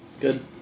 Good